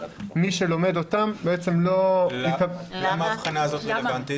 מי שלומד אותם לא יקבל --- למה ההבחנה הזאת רלוונטית?